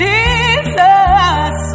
Jesus